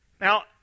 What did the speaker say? Now